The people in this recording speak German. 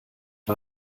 war